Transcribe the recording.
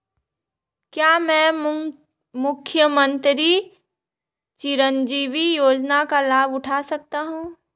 क्या मैं मुख्यमंत्री चिरंजीवी योजना का लाभ उठा सकता हूं?